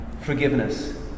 Forgiveness